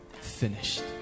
finished